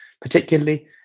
particularly